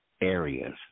areas